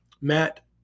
Matt